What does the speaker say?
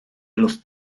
los